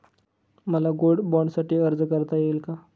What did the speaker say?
मला गोल्ड बाँडसाठी अर्ज करता येईल का?